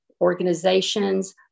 organizations